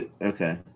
Okay